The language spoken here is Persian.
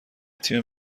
تیم